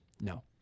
No